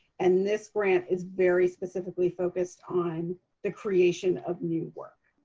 and this grant is very specifically focused on the creation of new work.